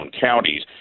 counties